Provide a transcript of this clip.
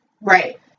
right